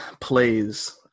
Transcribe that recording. plays